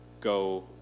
Go